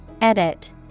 Edit